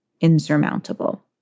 insurmountable